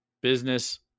business